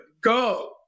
Go